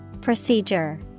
Procedure